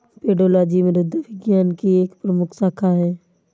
pedology मृदा विज्ञान की एक प्रमुख शाखा है